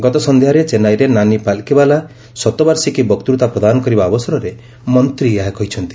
ଗତ ସନ୍ଧ୍ୟାରେ ଚେନ୍ନାଇରେ ନାନି ପାଲ୍କିବାଲା ଶତବାର୍ଷିକୀ ବକ୍ତୃତା ପ୍ରଦାନ କରିବା ଅବସରରେ ମନ୍ତ୍ରୀ ଏହା କହିଛନ୍ତି